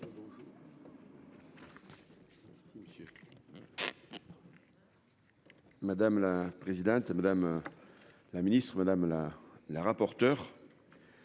Madame la présidente, madame la ministre. Madame la rapporteure,